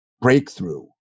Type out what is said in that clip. breakthrough